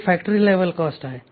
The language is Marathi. ही फॅक्टरी लेवल कॉस्ट आहे